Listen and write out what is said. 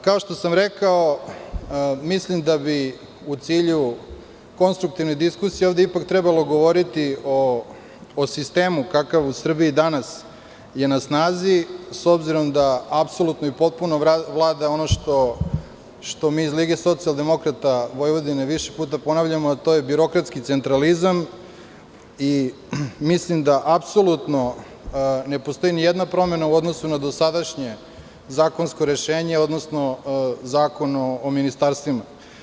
Kao što sam rekao, mislim da bi u cilju konstruktivne diskusije ovde ipak trebalo govoriti o sistemu kakav u Srbiji danas je na snazi, s obzirom da apsolutno i potpuno vlada ono što mi iz Lige Socijaldemokrata Vojvodine više puta ponavljamo, a to je birokratski centralizam i mislim da apsolutno ne postoji ni jedna promena u odnosu na dosadašnje zakonsko rešenje, odnosno Zakon o ministarstvima.